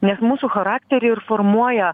nes mūsų charakterį ir formuoja